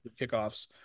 kickoffs